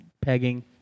pegging